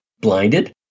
blinded